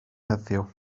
heddiw